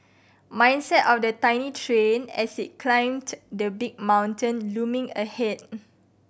mindset of the tiny train as it climbed the big mountain looming ahead